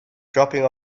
dropping